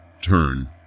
turn